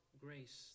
grace